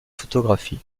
photographie